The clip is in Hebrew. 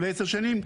או לעשר שנים,